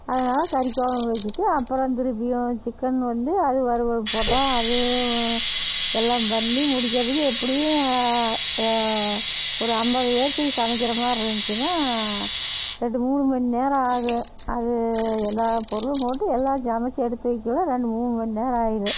அதனால கறி குழம்பு வச்சுட்டு அப்புறம் திருப்பியும் சிக்கன் வந்து அது வறுவல் போட்டால் அது எல்லாம் பண்ணி முடிக்கிறதுக்கு எப்படியும் ஒரு ஐம்பது பேர்த்துக்கு சமைக்கிற மாதிரி இருந்துச்சினால் ரெண்டு மூணு மணி நேரம் ஆகும் அது எல்லா பொருளும் போட்டு எல்லாம் சமைத்து எடுத்து வைக்கவே ரெண்டு மூணு மணி நேரம் ஆயிடும்